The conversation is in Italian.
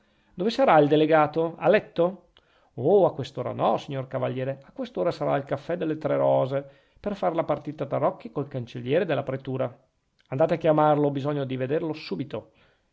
dove sarà il delegato a letto oh a quest'ora no signor cavaliere a quest'ora sarà al caffè delle tre rose per far la partita a tarocchi col cancelliere della pretura andate a chiamarlo ho bisogno di vederlo subito